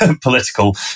political